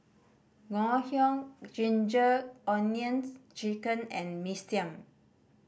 Ngoh Hiang Ginger Onions Chicken and Mee Siam